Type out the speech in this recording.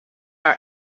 our